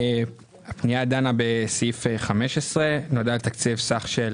הפנייה דנה בסעיף 15 ונועדה לתקצב סך של